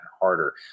harder